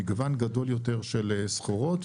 מגוון גדול יותר של סחורות.